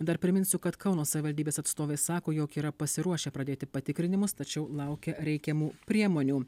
dar priminsiu kad kauno savivaldybės atstovai sako jog yra pasiruošę pradėti patikrinimus tačiau laukia reikiamų priemonių